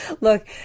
look